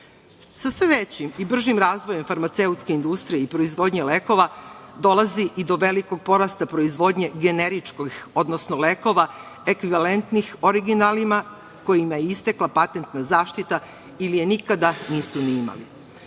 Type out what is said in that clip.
Sa sve većim i sve bržim razvojem farmaceutske industrije i proizvodnje lekova, dolazi i do velikog porasta proizvodnje generičkih, odnosno lekova ekvivalentnih originalima kojima je istekla patentna zaštita ili je nikada nisu ni